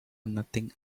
nothing